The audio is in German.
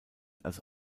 als